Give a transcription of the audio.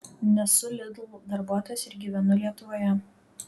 nesu lidl darbuotojas ir gyvenu lietuvoje